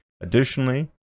Additionally